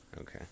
Okay